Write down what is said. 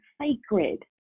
sacred